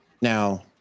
now